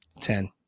ten